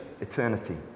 eternity